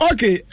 Okay